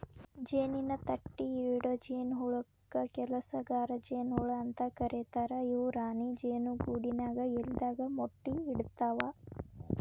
ಜೇನಿನ ತಟ್ಟಿಇಡೊ ಜೇನಹುಳಕ್ಕ ಕೆಲಸಗಾರ ಜೇನ ಹುಳ ಅಂತ ಕರೇತಾರ ಇವು ರಾಣಿ ಜೇನು ಗೂಡಿನ್ಯಾಗ ಇಲ್ಲದಾಗ ಮೊಟ್ಟಿ ಇಡ್ತವಾ